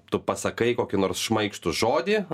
tu pasakai kokį nors šmaikštų žodį